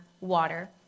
water